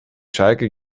schalke